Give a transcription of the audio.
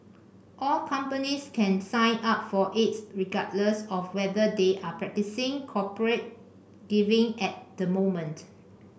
all companies can sign up for it regardless of whether they are practising corporate giving at the moment